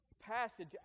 passage